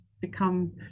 become